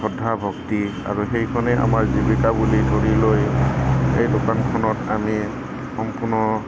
শ্ৰদ্ধা ভক্তি আৰু সেইখনেই আমাৰ জীৱিকা বুলি ধৰি লৈ সেই দোকানখনত আমি সম্পূৰ্ণ